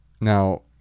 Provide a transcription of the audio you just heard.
now